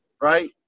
right